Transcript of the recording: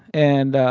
and